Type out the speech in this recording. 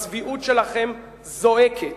הצביעות שלכם זועקת,